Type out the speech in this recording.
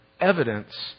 evidence